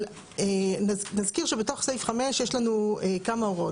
אבל נזכיר שבתוך סעיף 5 יש לנו כמה הוראות.